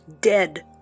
Dead